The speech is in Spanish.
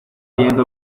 viento